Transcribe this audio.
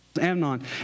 Amnon